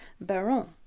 Baron